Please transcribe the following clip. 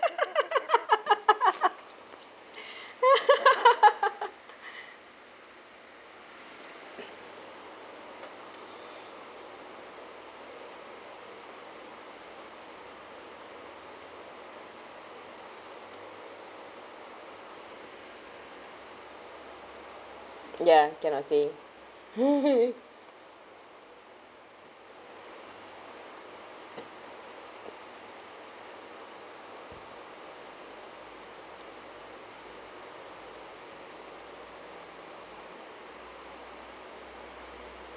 ya cannot say